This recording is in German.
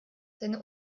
seine